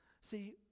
See